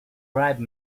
bribe